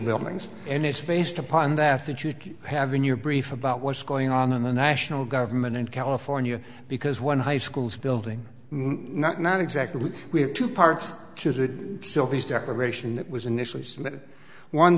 buildings and it's based upon that that you have in your brief about what's going on in the national government in california because one high schools building not not exactly we have two parts to that sylvia's declaration that was initially